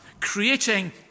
creating